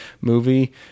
movie